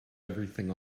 everything